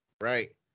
Right